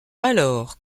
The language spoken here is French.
alors